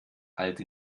alte